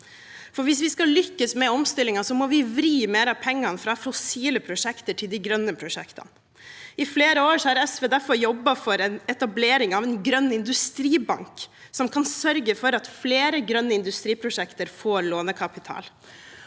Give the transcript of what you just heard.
Hvis vi skal lykkes med omstillingen, må vi vri mer av pengene fra fossile prosjekter til de grønne prosjektene. I flere år har SV derfor jobbet for etablering av en grønn industribank, som kan sørge for at flere grønne industriprosjekter får lånekapital.